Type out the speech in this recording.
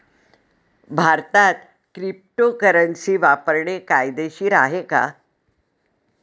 भारतात क्रिप्टोकरन्सी वापरणे कायदेशीर आहे का?